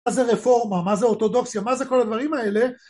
מה זה רפורמה, מה זה אורתודוקסיה, מה זה כל הדברים האלה.